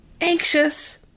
anxious